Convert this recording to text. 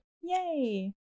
Yay